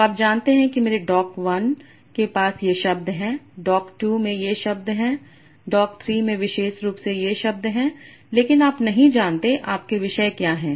तो आप जानते हैं कि मेरे डॉक 1 के पास ये शब्द हैं डॉक 2 में ये शब्द हैं डॉक 3 में विशेष रूप से ये शब्द हैं लेकिन आप नहीं जानते आपके विषय क्या हैं